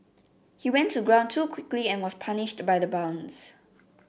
he went to ground too quickly and was punished by the bounce